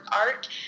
art